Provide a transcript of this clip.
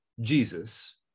Jesus